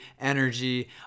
energy